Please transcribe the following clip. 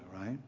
right